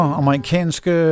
amerikanske